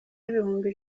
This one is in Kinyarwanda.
y’ibihumbi